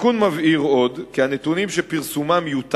התיקון מבהיר עוד, כי בנתונים שפרסומם יותר